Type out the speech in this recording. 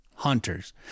hunters